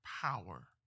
power